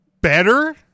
better